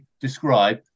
describe